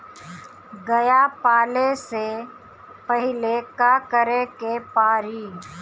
गया पाले से पहिले का करे के पारी?